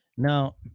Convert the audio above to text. Now